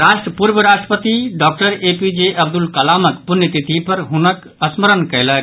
राष्ट्र आइ पूर्व राष्ट्रपति डॉक्टर एपीजे अब्दुल कलामक पुण्यतिथि पर हुनक स्मरण कयलक